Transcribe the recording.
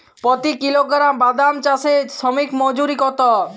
প্রতি কিলোগ্রাম বাদাম চাষে শ্রমিক মজুরি কত?